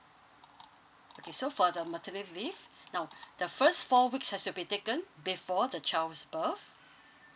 okay so for the maternity leave now the first four weeks has to be taken before the child's birth